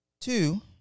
Two